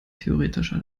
theoretischer